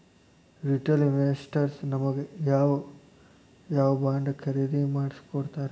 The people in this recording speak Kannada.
ರಿಟೇಲ್ ಇನ್ವೆಸ್ಟರ್ಸ್ ನಮಗ್ ಯಾವ್ ಯಾವಬಾಂಡ್ ಖರೇದಿ ಮಾಡ್ಸಿಕೊಡ್ತಾರ?